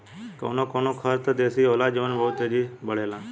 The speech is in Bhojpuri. कवनो कवनो खर त देसी होला जवन बहुत तेजी बड़ेला